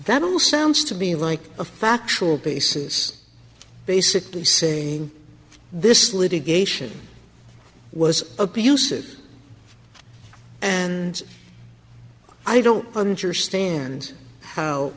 that all sounds to me like a factual basis basically saying this litigation was abusive and i don't understand how